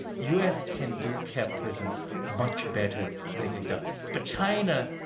u. s. can do capitalism much better than it does, but china,